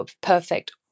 perfect